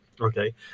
Okay